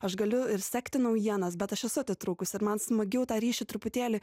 aš galiu ir sekti naujienas bet aš esu atitrūkus ir man smagiau tą ryšį truputėlį